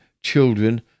children